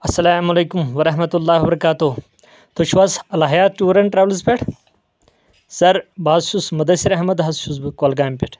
اسلام عليكم ورحمة الله وبركاته تُہۍ چھِو حظ الحیات ٹور اینڈ ٹرٮ۪ولٕز پٮ۪ٹھ سر بہٕ حظ چھُس مُدّثر احمد حظ چھُس بہٕ گۄلگامہِ پٮ۪ٹھ